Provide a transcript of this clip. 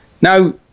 Now